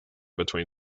between